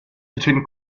between